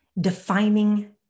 defining